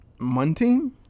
munting